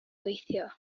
gweithio